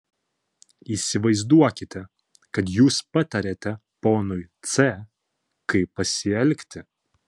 įsivaizduokite kad jūs patariate ponui c kaip pasielgti